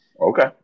Okay